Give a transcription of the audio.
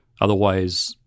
Otherwise